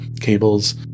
cables